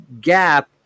gap